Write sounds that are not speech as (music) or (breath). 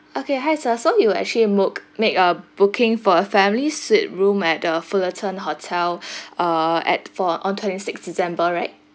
okay hi sir so you actually mook~ make a booking for a family suite room at the fullerton hotel (breath) uh at four on twenty sixth december right